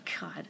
God